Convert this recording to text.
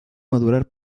madurar